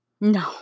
No